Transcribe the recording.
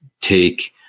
take